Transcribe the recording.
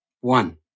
One